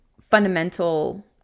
fundamental